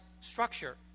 structure